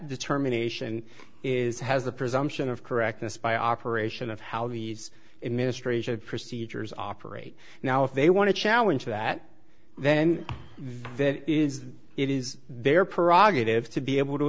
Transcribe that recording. determination is has the presumption of correctness by operation of how he needs it ministration procedures operate now if they want to challenge that then is it is their prerogative to be able to